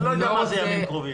אני לא יודע מה זה ימים קרובים.